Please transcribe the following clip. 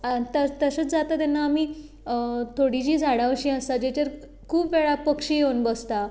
तशें जाता तेन्ना आमी थोडीशीं झाडां अशीं आसता जाचेर खूब वेळा पक्षी येवन बसता